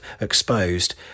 exposed